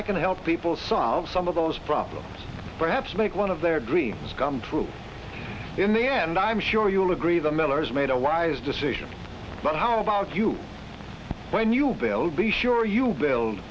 i can help people solve some of those problems perhaps make one of their dreams come true in the end i'm sure you'll agree the millers made a wise decision but how about you when you build be sure you build